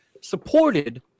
supported